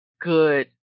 Good